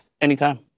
Anytime